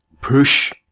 push